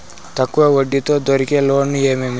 తక్కువ వడ్డీ తో దొరికే లోన్లు ఏమేమి